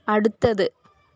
അടുത്തത്